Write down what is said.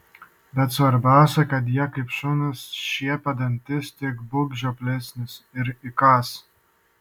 bet svarbiausia kad jie kaip šunys šiepia dantis tik būk žioplesnis ir įkąs